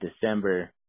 December